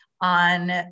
on